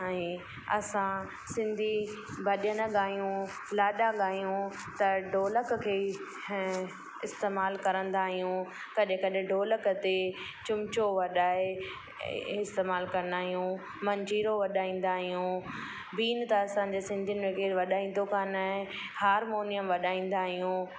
ऐं असां सिंधी भॼन गायूं लाॾा गायूं त ढोलक खे ऐं इस्तेमालु कंदा आहियूं कॾहिं कॾहिं ढोलक ते चमिचो वॼाए इस्तेमालु कंदा आहियूं मंजीरो वॼाईंदा आहियूं बीन त असांजे सिंधियुनि में केरु वॼाईंदो कोन आहे हारमोनियम वॼाईंदा आहियूं